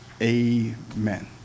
Amen